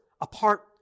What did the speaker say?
apart